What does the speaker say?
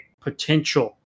potential